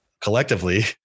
collectively